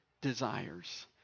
desires